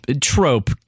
Trope